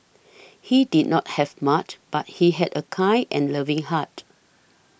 he did not have much but he had a kind and loving heart